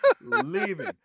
leaving